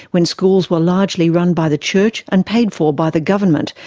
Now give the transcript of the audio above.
when schools were largely run by the church and paid for by the government,